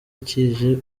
kije